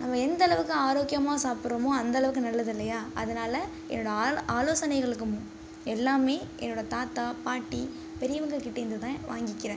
நம்ம எந்த அளவுக்கு ஆரோக்கியமாக சாப்பிட்றமோ அந்தளவுக்கு நல்லது இல்லையா அதனால என்னோட அலோ ஆலோசனைகளுக்கு எல்லாமே என்னோட தாத்தா பாட்டி பெரியவங்க கிட்டேருந்து தான் வாங்கிக்கிறேன்